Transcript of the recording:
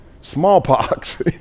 smallpox